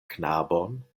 knabon